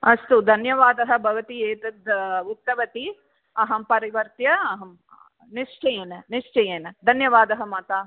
अस्तु धन्यवादः भवती एतद् उक्तवती अहं परिवर्त्य अहं निश्चयेन निश्चयेन धन्यवादः मातः